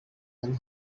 when